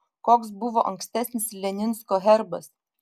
koks buvo ankstesnis leninsko herbas